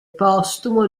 postumo